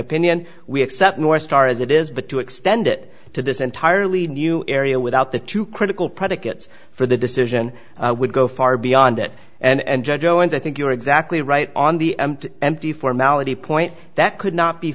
opinion we accept northstar as it is but to extend it to this entirely new area without the two critical predicates for the decision would go far beyond it and judge jones i think you're exactly right on the empty formality point that could not be